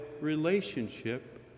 relationship